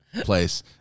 place